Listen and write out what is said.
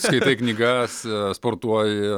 skaitai knygas sportuoji